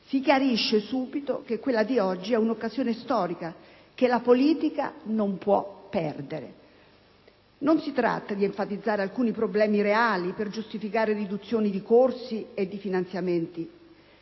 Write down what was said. si chiarisce subito che quella di oggi è un'occasione storica, che la politica non può perdere. Non si tratta di enfatizzare alcuni problemi reali per giustificare riduzioni di corsi e di finanziamenti.